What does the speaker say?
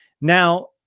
Now